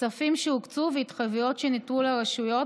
כספים שהוקצו והתחייבויות שניתנו לרשויות